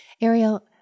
Ariel